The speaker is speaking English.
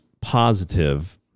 positive